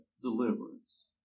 deliverance